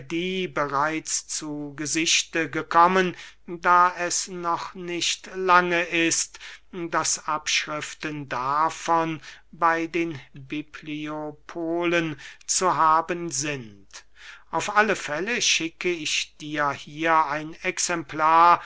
bereits zu gesichte gekommen da es noch nicht lange ist daß abschriften davon bey den bibliopolen zu haben sind auf alle fälle schicke ich dir hier ein exemplar